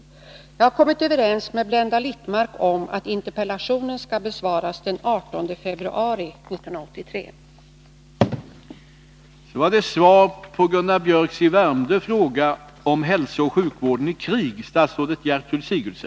Jag har kommit överens med Blenda Littmarck om att interpellationen skall besvaras den 18 februari 1983.